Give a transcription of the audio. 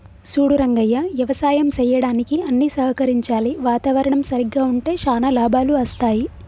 సూడు రంగయ్య యవసాయం సెయ్యడానికి అన్ని సహకరించాలి వాతావరణం సరిగ్గా ఉంటే శానా లాభాలు అస్తాయి